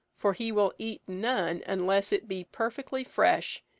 for he will eat none unless it be perfectly fresh,